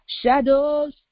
shadows